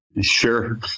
Sure